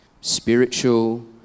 spiritual